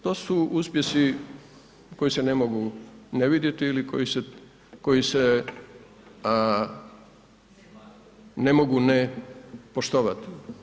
To su uspjesi koji se ne mogu ne vidjeti ili koji se ne mogu ne poštovati.